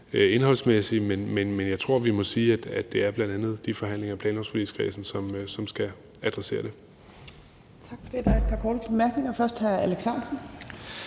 indholdsmæssige, men jeg tror, at vi må sige, at det bl.a. er de forhandlinger i planlovforligskredsen, som skal adressere det.